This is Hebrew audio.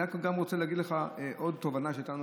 אני רק רוצה להגיד לך עוד תובנה שהייתה לנו